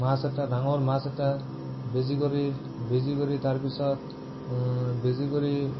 মাছ এটা ডাঙৰ মাছ এটা বেজী কৰি বেজী কৰি তাৰ পিছত বেজী কৰি